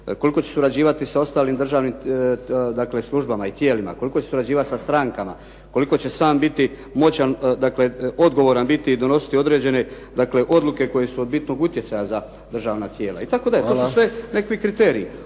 koliko će surađivati s ostalim dakle službama i tijelima, koliko će surađivati sa strankama, koliko će sam biti moćan, odgovoran biti i donositi određene odluke koje su od bitnog utjecaja za državna tijela. To su sve nekakvi kriteriji.